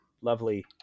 lovely